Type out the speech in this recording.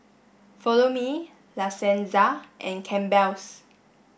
Follow Me La Senza and Campbell's